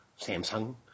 Samsung